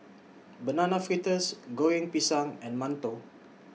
Banana Fritters Goreng Pisang and mantou